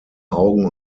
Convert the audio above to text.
augen